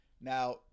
Now